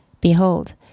Behold